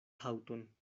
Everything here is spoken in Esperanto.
haŭton